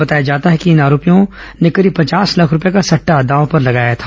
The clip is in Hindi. बताया जाता है कि इन आरोपियों ने करीब पचास लाख रुपये का सट्टा दांव पर लगाया गया था